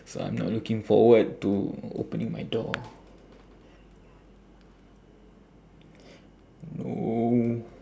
so I'm not looking forward to opening my door no